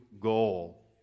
goal